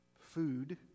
food